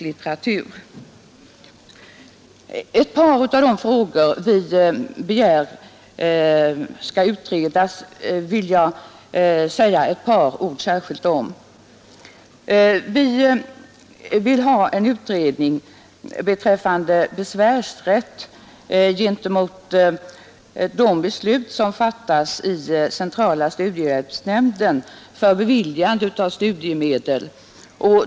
Jag vill säga några ord särskilt om ett par av de frågor som vi begär skall utredas. Vi vill ha en utredning beträffande besvärsrätt gentemot de beslut som fattas i centrala studiehjälpsnämnden för beviljande av studiemedel.